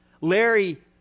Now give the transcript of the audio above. Larry